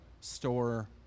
store